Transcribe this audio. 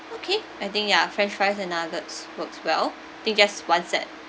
okay I think ya french fries and nuggets works well think just one set